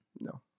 No